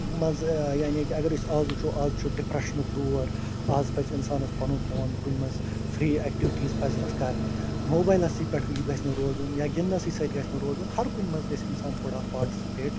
منٛزٕ یعنی کہِ اگر أسۍ آز وٕچھو آز چھُ ڈِپرٛٮٮ۪شنُک دور آز پَزِ اِنسانَس پَنُن پان کُنہِ منٛز فری اٮ۪کٹِوٹیٖز پَزنَس کرنہِ موبایلَسٕے پٮ۪ٹھ یہِ گژھِ نہٕ روزُن یا گِندنَسٕے سۭتۍ گژھِ نہٕ روزُن ہَر کُنہِ منٛز گژھِ اِنسان تھوڑا پاٹِسِپیٹ